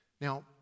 Now